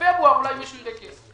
בפברואר אולי מישהו יראה כסף.